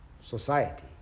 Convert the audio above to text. society